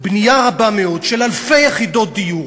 בנייה רבה מאוד של אלפי יחידות דיור,